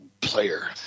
player